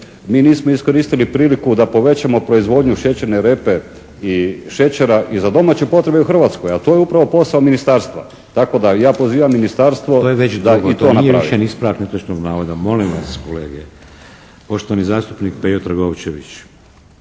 mi nismo iskoristili priliku da povećamo proizvodnju šećerne repe i šećera i za domaće potrebe u Hrvatskoj a to je upravo posao ministarstva, tako da ja pozivam ministarstvo. **Šeks, Vladimir (HDZ)** To je već drugo, to nije više ispravak netočnog navoda. Molim vas, kolege. Poštovani zastupnik Pejo Trgovčević.